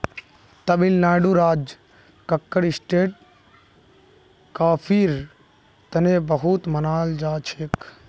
तमिलनाडुर राज कक्कर स्टेट कॉफीर तने बहुत मनाल जाछेक